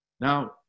Now